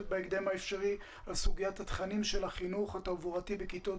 בהקדם האפשרי על סוגיית התכנים של החינוך התעבורתי לכיתות